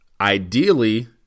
Ideally